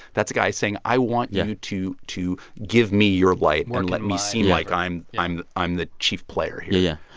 that's a guy saying, i want you to to give me your light and let me seem like i'm i'm the chief player here yeah.